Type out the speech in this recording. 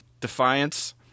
Defiance